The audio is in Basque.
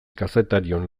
kazetarion